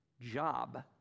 job